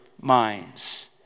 minds